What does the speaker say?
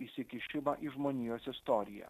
įsikišimą į žmonijos istoriją